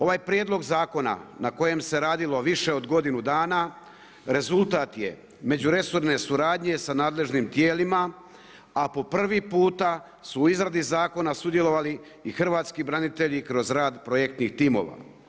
Ovaj prijedlog zakona na kojem se radilo više od godinu dana, rezultat je međuresorne suradnje sa nadležnim tijelima a po prvi puta su izradi zakona sudjelovali i hrvatski branitelji kroz rad projektnih timova.